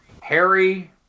Harry